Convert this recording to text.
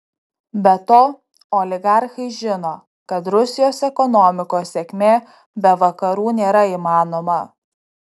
be to oligarchai žino kad rusijos ekonomikos sėkmė be vakarų nėra įmanoma